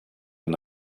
and